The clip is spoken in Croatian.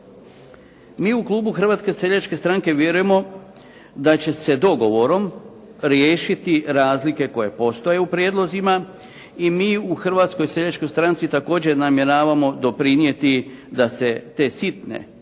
Mi u klubu Hrvatske seljačke stranke vjerujemo da će se dogovorom riješiti razlike koje postoje u prijedlozima i mi u HSS-u također namjeravamo doprinijeti da se te sitne, možemo